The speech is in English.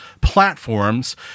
platforms